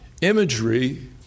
imagery